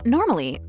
Normally